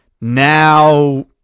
now